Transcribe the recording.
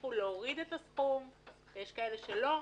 שהצליחו להוריד את הסכום ויש כאלה שלא,